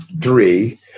three